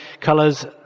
Colours